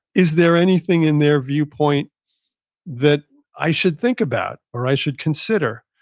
is there anything in their viewpoint that i should think about or i should consider?